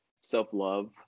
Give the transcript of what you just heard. self-love